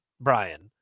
brian